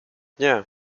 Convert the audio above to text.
nie